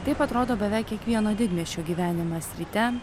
taip atrodo beveik kiekvieno didmiesčio gyvenimas ryte